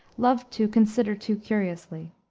loved to consider too curiously.